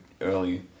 early